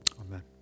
Amen